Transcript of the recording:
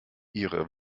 ihre